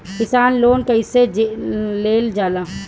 किसान लोन कईसे लेल जाला?